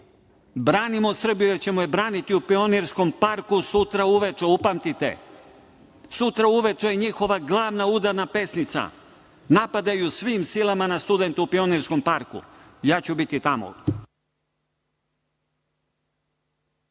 Branimo Srbiju jer ćemo je braniti u Pionirskom parku sutra uveče. Upamtite. Sutra uveče je njihova glavna udarna pesnica. Napadaju svim silama na studente u Pionirskom parku. Ja ću biti tamo.